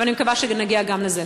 אבל אני מקווה שנגיע גם לזה.